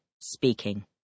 speaking